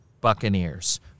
Buccaneers